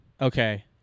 Okay